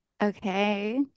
Okay